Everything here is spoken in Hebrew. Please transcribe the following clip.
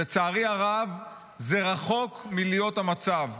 לצערי הרב, זה רחוק מלהיות המצב.